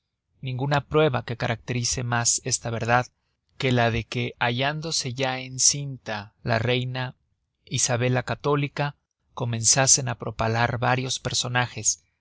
ninguna prueba que caracterice mas esta verdad que la de que hallándose ya en cinta la reina isabel la católica comenzasen á propalar varios personajes